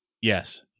Yes